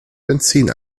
benzin